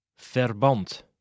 Verband